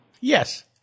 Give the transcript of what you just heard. Yes